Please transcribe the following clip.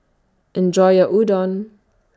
Enjoy your Udon